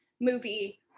movie